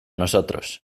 nosotros